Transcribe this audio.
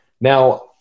Now